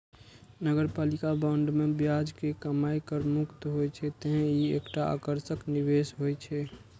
नगरपालिका बांड मे ब्याज के कमाइ कर मुक्त होइ छै, तें ई एकटा आकर्षक निवेश होइ छै